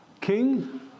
king